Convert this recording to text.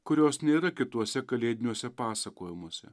kurios nėra kituose kalėdiniuose pasakojimuose